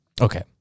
Okay